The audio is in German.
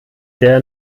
der